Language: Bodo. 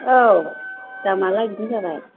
औ दामालाय बिदिनो जाबाय